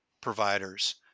providers